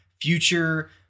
future